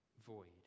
void